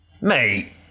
Mate